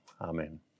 Amen